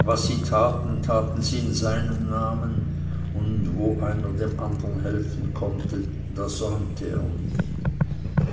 was sie taten taten sie in seinem namen und wo einer dem andern helfen konnte da säumte er nicht